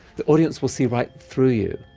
the audience will see right through you.